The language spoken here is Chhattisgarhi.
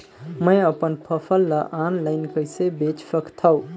मैं अपन फसल ल ऑनलाइन कइसे बेच सकथव?